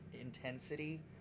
intensity